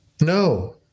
no